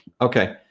okay